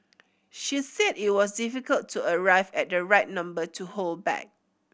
she said it was difficult to arrive at the right number to hold back